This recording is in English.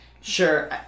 Sure